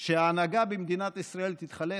שההנהגה במדינת ישראל תתחלף,